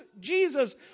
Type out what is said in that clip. Jesus